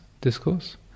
Discourse